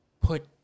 put